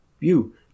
view